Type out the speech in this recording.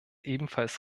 ebenfalls